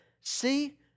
See